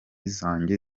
zange